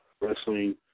wrestling